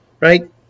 right